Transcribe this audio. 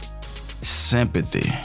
sympathy